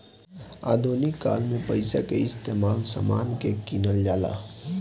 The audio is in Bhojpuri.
आधुनिक काल में पइसा के इस्तमाल समान के किनल जाला